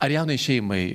ar jaunai šeimai